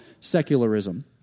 secularism